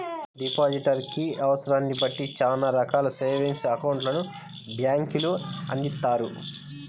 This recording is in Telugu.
డిపాజిటర్ కి అవసరాన్ని బట్టి చానా రకాల సేవింగ్స్ అకౌంట్లను బ్యేంకులు అందిత్తాయి